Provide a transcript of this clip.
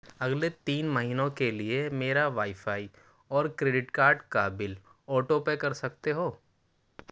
اگلے تین مہینوں کے لیے میرا وائی فائی اور کریڈٹ کارڈ کا بل آٹو پے کر سکتے ہو